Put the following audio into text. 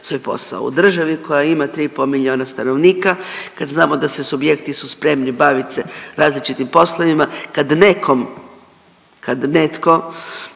svoj posao. U državi koja ima tri i pol milijuna stanovnika, kad znamo da su subjekti su spremni bavit se različitim poslovima, kad netko ne